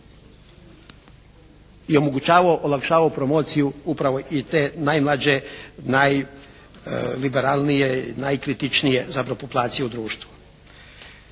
i omogućavao, olakšavao promociju upravo i te najmlađe, najliberalnije, najkritičnije zapravo populacije u društvu.